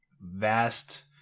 vast